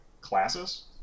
classes